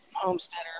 Homesteader